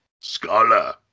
scholar